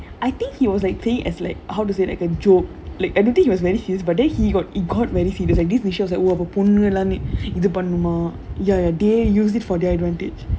I think he was like saying as like how to say like a joke like I don't think he was very serious but then he got it very serious like this michelle was like எல்லாமே இது பண்ணனும்:ellamae idhu pannanum married ya ya they use it for their advantage